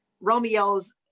Romeo's